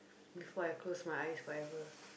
before I close my eyes forever